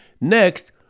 Next